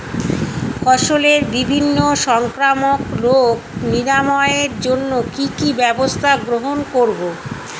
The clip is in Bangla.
ফসলের বিভিন্ন সংক্রামক রোগ নিরাময়ের জন্য কি কি ব্যবস্থা গ্রহণ করব?